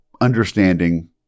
understanding